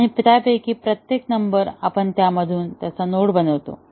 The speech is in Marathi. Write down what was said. आणि त्यापैकी प्रत्येक नंबर आपण त्यामधून नोड बनवतो